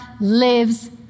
lives